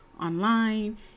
online